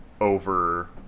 over